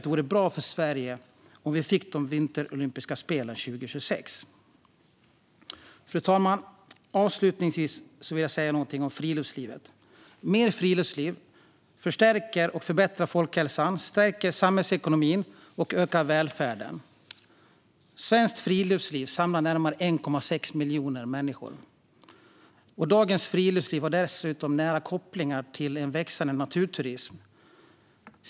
Det vore bra för Sverige om vi fick de vinterolympiska spelen 2026. Fru talman! Avslutningsvis vill jag säga något om friluftslivet. Mer friluftsliv förstärker och förbättrar folkhälsan, stärker samhällsekonomin och ökar välfärden. Svenskt friluftsliv samlar närmare 1,6 miljoner människor. Dagens friluftsliv har dessutom nära kopplingar till en växande naturturism.